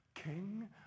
king